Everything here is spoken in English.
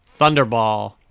Thunderball